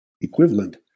equivalent